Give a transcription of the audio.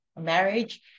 marriage